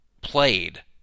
played